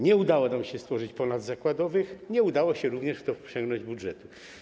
Nie udało nam się stworzyć ponadzakładowych, nie udało się również wprzęgnąć w to budżetu.